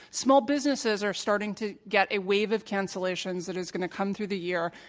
small businesses are starting to get a wave of cancellations that are going to come through the year,